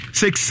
six